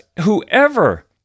whoever